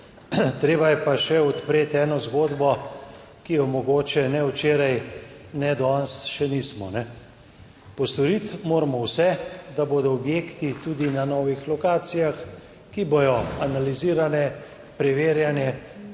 treba je pa še odpreti eno zgodbo, ki jo mogoče ne včeraj, ne danes še nismo. Postoriti moramo vse, da bodo objekti tudi na novih lokacijah, ki bodo analizirane, preverjene,